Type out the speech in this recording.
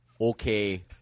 Okay